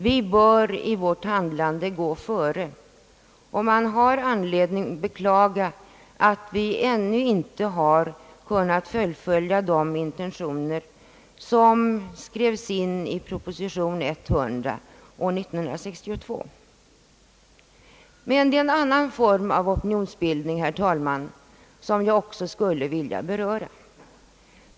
Riksdagen bör i sitt handlande gå före, och man har anledning beklaga att vi ännu inte har kunnat fullfölja de intentioner som skrevs in i proposition nr 100 år 1962. Men det är en annan form av opinionsbildning, herr talman, som jag också skulle vilja beröra.